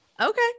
Okay